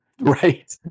Right